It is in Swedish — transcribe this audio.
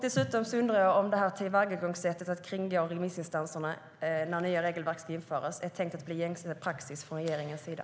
Dessutom undrar jag om tillvägagångssättet att kringgå remissinstanserna när nya regelverk ska införas är tänkt att bli gängse praxis från regeringens sida.